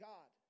God